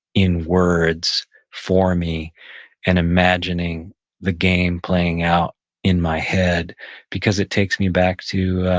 in words for me and imagining the game playing out in my head because it takes me back to